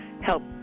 help